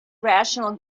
rational